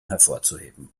hervorzuheben